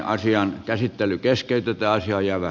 asian käsittely keskeytetään jo jäävä